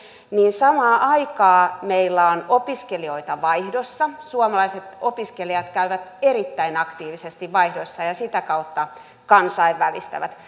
samaan aikaan meillä on opiskelijoita vaihdossa suomalaiset opiskelijat käyvät erittäin aktiivisesti vaihdoissa ja sitä kautta kansainvälistävät